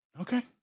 okay